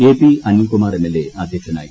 A P Anilkumar MLA അധ്യക്ഷനായി